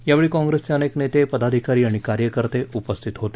यावेळी काँप्रेसचे अनेक नेते पदाधिकारी आणि कार्यकर्ते उपस्थित होते